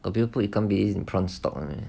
got people put ikan bilis in prawn stock [one] meh